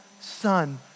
son